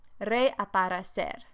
reaparecer